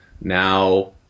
now